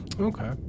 Okay